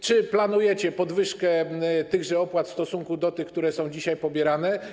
Czy planujecie podwyżkę tychże opłat w stosunku do tych, które są dzisiaj pobierane?